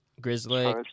Grizzly